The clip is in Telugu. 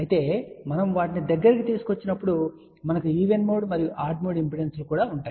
అయితే మనము వాటిని దగ్గరకు తీసుకువచ్చినప్పుడు మనకు ఈవెన్ మోడ్ మరియు ఆడ్ మోడ్ ఇంపెడెన్సులు కూడా ఉంటాయి